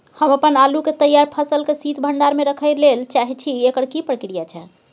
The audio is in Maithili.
हम अपन आलू के तैयार फसल के शीत भंडार में रखै लेल चाहे छी, एकर की प्रक्रिया छै?